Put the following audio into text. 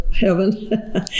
heaven